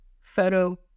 photo